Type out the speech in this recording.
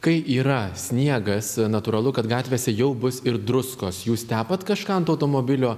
kai yra sniegas natūralu kad gatvėse jau bus ir druskos jūs tepat kažką ant automobilio